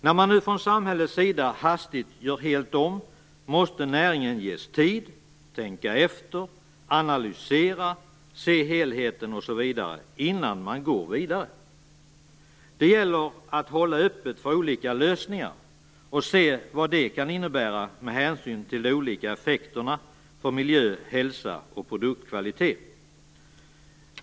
När man nu från samhällets sida hastigt gör helt om måste näringen ges tid, tänka efter, analysera, se helheten osv. innan man går vidare. Det gäller att hålla öppet för olika lösningar och se vad det kan innebära med hänsyn till de olika effekterna på miljö, hälsa och produktkvalitet.